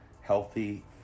healthy